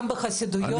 גם בחסידויות?